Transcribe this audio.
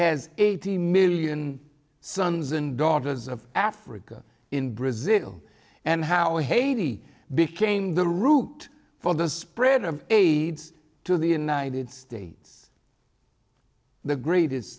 has eighty million sons and daughters of africa in brazil and how haiti became the route for the spread of aids to the united states the greatest